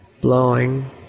blowing